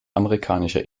amerikanischer